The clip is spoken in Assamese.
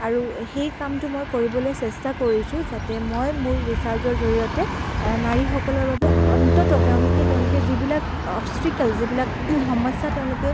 আৰু সেই কামটো মই কৰিবলৈ চেষ্টা কৰিছোঁ যাতে মই মোৰ ৰিচাৰ্ছৰ জৰিয়তে নাৰীসকলৰ বাবে অন্ততঃ তেওঁলোকে তেওঁলোকে যিবিলাক অফষ্ট্ৰিকেল যিবিলাক সমস্যা তেওঁলোকে